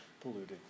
polluted